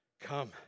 come